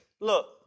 look